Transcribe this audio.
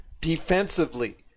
defensively